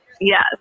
Yes